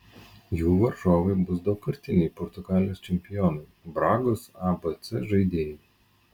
jų varžovai bus daugkartiniai portugalijos čempionai bragos abc žaidėjai